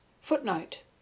Footnote